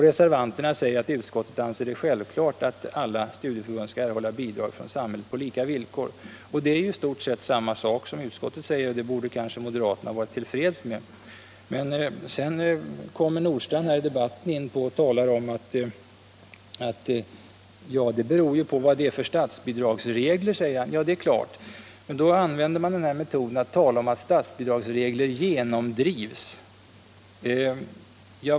Reservanterna vill ha formuleringen: ”Utskottet anser det självklart att dessa studieförbund skall erhålla bidrag från samhället på lika villkor.” Det är i stort sett samma sak som utskottet säger och det borde kanske moderaterna vara till freds med. Herr Nordstrandh säger i debatten att det beror på vad det är för statsbidragsregler. Ja, det är klart. Men då tillgriper man metoden att tala om att statsbidrag genomdrivs.